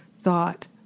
thought